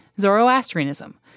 Zoroastrianism